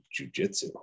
jujitsu